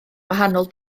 wahanol